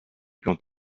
quant